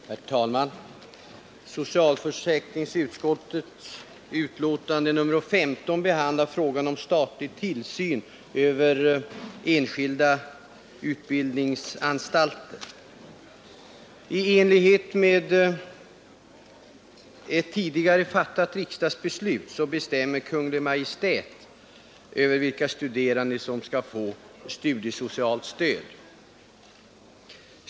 Herr talman! Socialförsäkringsutskottets betänkande nr 15 behandlar frågan om statlig tillsyn över enskilda utbildningsanstalter. I enlighet med tidigare fattat riksdagsbeslut bestämmer Kungl. Maj:t vilka studerande som skall få studiesocialt stöd.